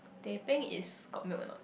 teh peng is got milk or not